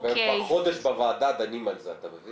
וכבר חודש בוועדה דנים על זה, אתה מבין?